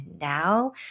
now